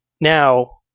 now